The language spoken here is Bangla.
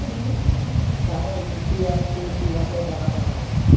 কারো ইউ.পি.আই তে কিভাবে টাকা পাঠাবো?